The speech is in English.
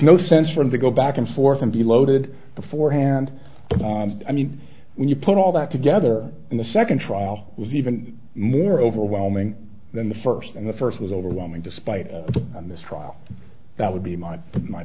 no sense for them to go back and forth and be loaded beforehand i mean when you put all that together in the second trial was even more overwhelming than the first and the first was overwhelming despite this trial that would be my my